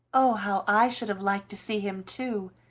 oh, how i should have liked to see him too!